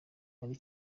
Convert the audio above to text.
ari